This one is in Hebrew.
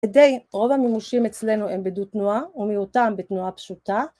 כדי רוב המימושים אצלנו הם בדו-תנועה ומיעוטם בתנועה פשוטה